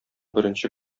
беренче